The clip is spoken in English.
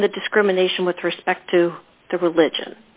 from the discrimination with respect to the religion